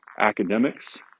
academics